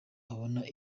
abona